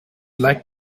like